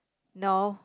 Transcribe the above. no